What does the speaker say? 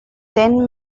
ten